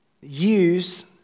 use